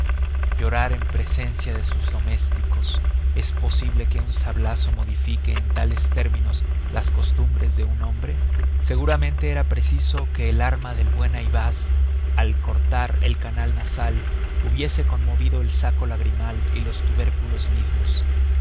llorar en presencia de sus domésticos es posible que un sablazo modifique en tales términos las costumbres de un hombre seguramente era preciso que el arma del buen ayvaz al cortar el canal nasal hubiese conmovido el saco lagrimal y los tubérculos mismos